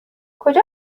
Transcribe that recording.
کجا